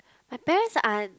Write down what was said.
my best aunt